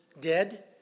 dead